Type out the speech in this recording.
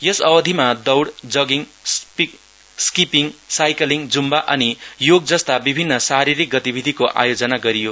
यस अवधिमा दौड jogging skipping cycling Zumba अनि योग जस्ता विभिन्न शारीरिक गतिविधिको आयोजना गरियो